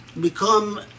become